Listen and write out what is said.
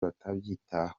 batabyitaho